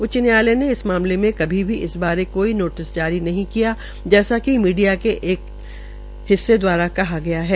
उच्च न्यायालय ने इस मामले में कभी भी इस बारे कोर्ट नोटिस जारी नहीं किया जैसा कि मीडिया के एक हिस्से द्वारा कहा गया है